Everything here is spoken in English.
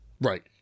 right